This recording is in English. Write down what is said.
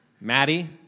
Maddie